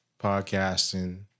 podcasting